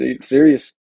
serious